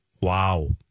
Wow